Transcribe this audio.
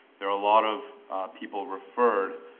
there are a lot of people referred,